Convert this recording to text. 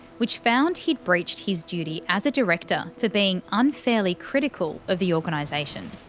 which found he'd breached his duty as a director for being unfairly critical of the organisation.